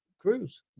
Cruz